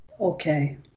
Okay